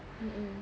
mmhmm